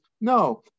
No